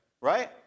right